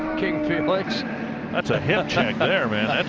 ooh! that's a hip check there, man. that's,